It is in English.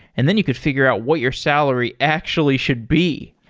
and then you could figure out what your salary actually should be.